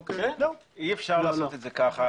אי אפשר לעשות את זה כך.